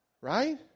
Right